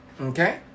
Okay